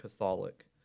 Catholic